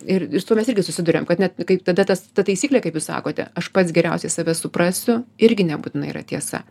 ir ir su tuo mes irgi susiduriam kad net kaip tada tas ta taisyklė kaip jūs sakote aš pats geriausiai save suprasiu irgi nebūtinai yra tiesa